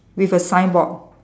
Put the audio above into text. with a signboard